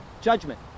judgment